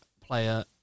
player